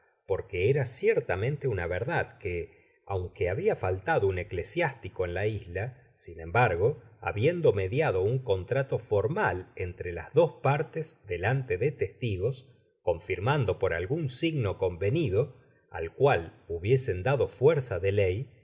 porque era ciertamente una verdad que aunque habia faltado un'eclesiástico en la isla sin embargo habiendo mediado un contráto formal entre las dos partes delante de testigos confirmando por algun signo convenido al cual hubiesen dado fuerza de ley